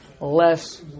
less